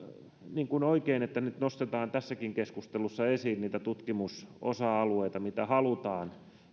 oikein että nyt nostetaan tässäkin keskustelussa esiin niitä tutkimusosa alueita mitä halutaan